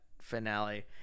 finale